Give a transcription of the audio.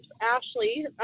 Ashley